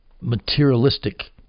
materialistic